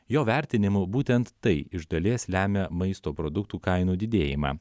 jo vertinimu būtent tai iš dalies lemia maisto produktų kainų didėjimą